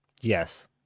Yes